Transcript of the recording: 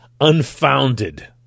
unfounded